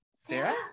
Sarah